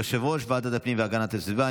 יושב-ראש ועדת הפנים והגנת הסביבה.